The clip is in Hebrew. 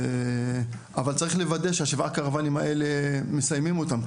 אבל צריך לוודא שהשבעה קרוואנים האלה מסיימים אותם,